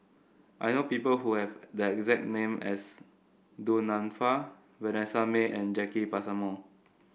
I know people who have the exact name as Du Nanfa Vanessa Mae and Jacki Passmore